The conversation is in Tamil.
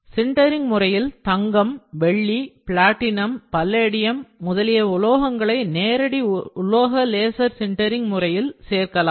சின்டரிங் முறையில் தங்கம் வெள்ளி பிளாட்டினம் பல்லேடியம் முதலிய உலோகங்களை நேரடி உலோக லேசர் சின்டரிங் முறையில் சேர்க்கலாம்